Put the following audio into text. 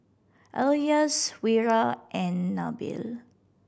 Elyas Wira and Nabil